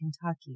Kentucky